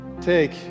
take